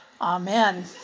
Amen